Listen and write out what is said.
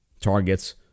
targets